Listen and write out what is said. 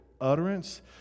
utterance